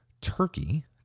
Turkey